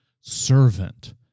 servant